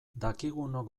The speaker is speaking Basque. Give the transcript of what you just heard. dakigunok